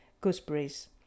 gooseberries